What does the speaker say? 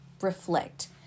reflect